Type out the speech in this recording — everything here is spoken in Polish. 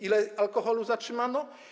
Ile alkoholu zatrzymano?